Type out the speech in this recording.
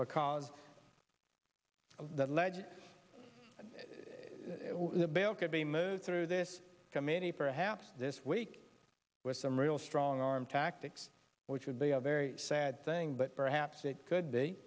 a cause of the ledger and the bill could be moved through this committee perhaps this week with some real strong arm tactics which would be a very sad thing but perhaps it could be